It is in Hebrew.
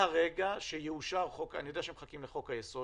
אני יודע שמחכים לחוק-היסוד,